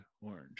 orange